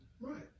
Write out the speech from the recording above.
Right